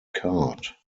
card